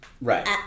right